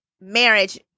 marriage